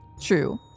true